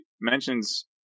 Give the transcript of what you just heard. mentions